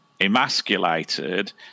emasculated